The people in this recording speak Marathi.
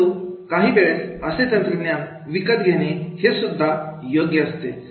परंतु काही वेळेस असे तंत्रज्ञान विकत घेणे हे सुद्धा योग्य असते